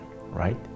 right